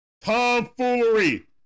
Tomfoolery